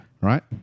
right